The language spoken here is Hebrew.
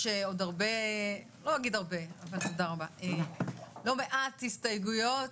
יש לא מעט הסתייגויות,